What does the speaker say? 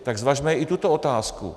Tak zvažme i tuto otázku.